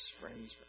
friends